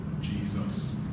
Jesus